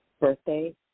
birthday